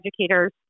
educators